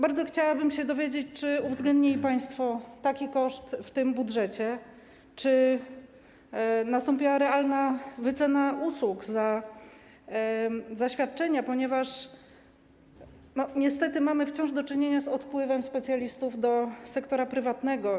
Bardzo chciałabym się dowiedzieć, czy uwzględnili państwo taki koszt w tym budżecie, czy nastąpiła realna wycena usług za świadczenia, ponieważ niestety mamy wciąż do czynienia z odpływem specjalistów do sektora prywatnego.